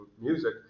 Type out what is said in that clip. music